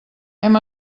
hem